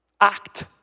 act